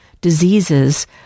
diseases